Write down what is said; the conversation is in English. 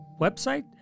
website